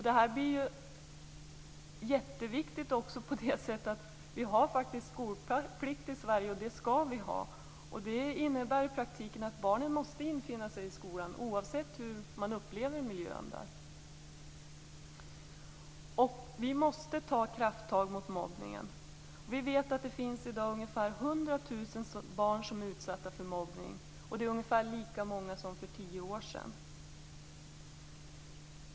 Detta är jätteviktigt också med tanke på att vi i Sverige har och skall ha skolplikt. Det innebär i praktiken att barnen måste infinna sig i skolan oavsett hur de upplever miljön där. Vi måste ta krafttag mot mobbningen. Vi vet att det i dag finns ungefär 100 000 barn som är utsatta för mobbning. Det är ungefär lika många som för tio år sedan.